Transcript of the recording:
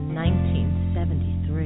1973